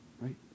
right